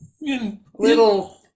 little